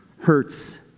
hurts